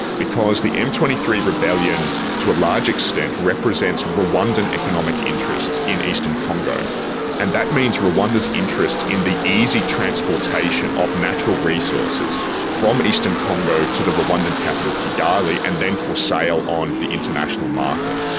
because the m two three rebellion to a large extent represents rwandan economic interests in eastern congo and that means rwanda's interest in the easy transportation of natural resources from eastern congo to the rwandan capital kigali and then for sale on the international market.